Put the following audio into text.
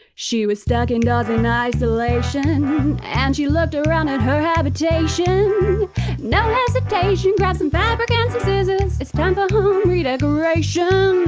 she was stuck indoors in isolation and she looked around at her habitation no hesitation, grabbed some fabric and some scissors it's time for home re-decoration